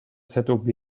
zob